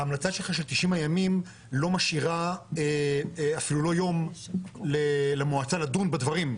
ההמלצה שלך של 90 הימים לא משאירה אפילו לא יום למועצה לדון בדברים.